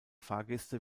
fahrgäste